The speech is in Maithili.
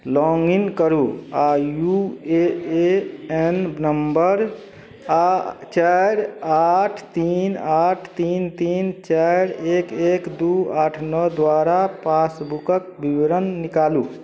लॉगिन करू आ यू ए एन नम्बर आओर चारि आठ तीन आठ तीन तीन चारि एक एक दुइ आठ नओ द्वारा पासबुकके विवरण निकालू